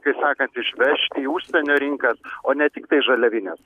kai sakant išvežti į užsienio rinkas o ne tiktai žaliavines